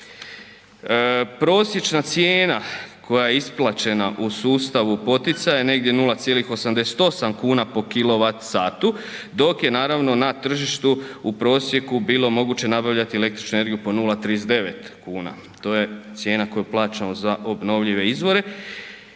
Prosječna cijena koja je isplaćena u sustavu poticaja je negdje 0,88 kn po kWh, dok je naravno na tržištu u prosjeku bilo moguće nabavljat električnu energiju po 0,39 kn, to je cijena koju plaćamo za obnovljive izvore